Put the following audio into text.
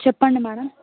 చెప్పండి మేడం